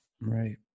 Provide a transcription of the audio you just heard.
right